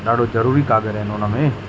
ॾाढो ज़रूरी कागर आहिनि हुनमें